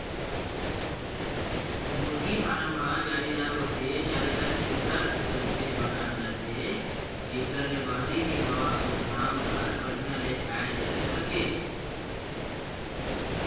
मुरगी फारम ह जालीदार होथे, जालीदार एकर चलते बनाल जाथे जेकर ले बहरी के हवा अउ घाम हर बड़िहा ले आये जाए सके